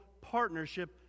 partnership